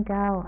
go